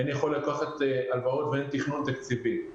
אין יכולת לקחת הלוואות ואין תכנון תקציבי.